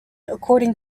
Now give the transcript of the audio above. according